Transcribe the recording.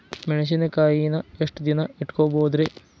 ಮೆಣಸಿನಕಾಯಿನಾ ಎಷ್ಟ ದಿನ ಇಟ್ಕೋಬೊದ್ರೇ?